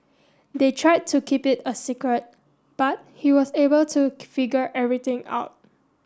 they tried to keep it a secret but he was able to figure everything out